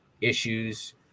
issues